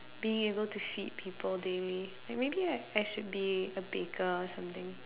being able to feed people daily like maybe I I should be a baker or something